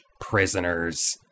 prisoners